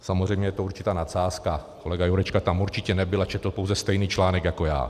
Samozřejmě je to určitá nadsázka, kolega Jurečka tam určitě nebyl a četl pouze stejný článek jako já.